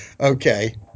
Okay